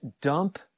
dump